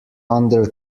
under